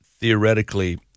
theoretically